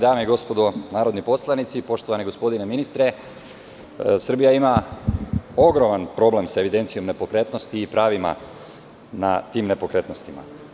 Dame i gospodo narodni poslanici, poštovani gospodine ministre, Srbija ima ogroman problem sa evidencijom nepokretnosti i pravima na tim nepokretnostima.